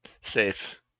Safe